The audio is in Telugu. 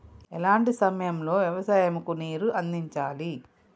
ఎలాంటి సమయం లో వ్యవసాయము కు నీరు అందించాలి?